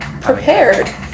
Prepared